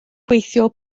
gweithio